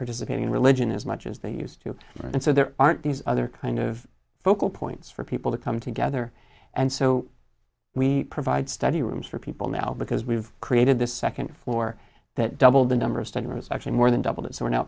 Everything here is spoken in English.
participating in religion as much as they used to and so there aren't these other kind of focal points for people to come together and so we provide study rooms for people now because we've created this second floor that doubled the number of students actually more than double that so